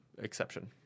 exception